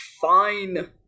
fine